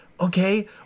Okay